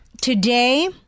Today